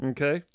Okay